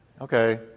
Okay